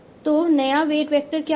तो नया weight vector क्या होगा